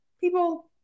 people